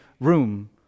room